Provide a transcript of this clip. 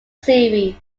series